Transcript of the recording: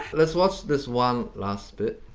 let's watch this one last bit.